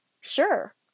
sure